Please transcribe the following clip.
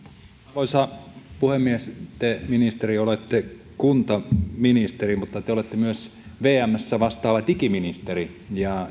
arvoisa puhemies te ministeri olette kuntaministeri mutta te te olette myös vmssä vastaava digiministeri